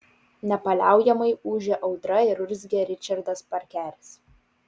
nepaliaujamai ūžė audra ir urzgė ričardas parkeris